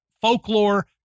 folklore